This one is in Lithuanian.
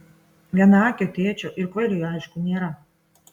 vienaakio tėčio ir kvailiui aišku nėra